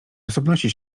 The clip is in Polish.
osobności